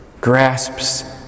grasps